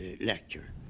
Lecture